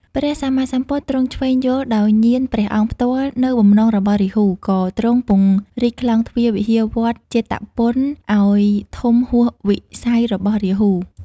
ព្រះសម្មាសម្ពុទ្ធ ទ្រង់ឈ្វេងយល់ដោយញាណព្រះអង្គផ្ទាល់នូវបំណងរបស់រាហូ ក៏ទ្រង់ពង្រីកខ្លោងទ្វារវិហារវត្តជេតពន ឱ្យធំហួសវិស័យរបស់រាហូ។